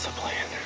plan?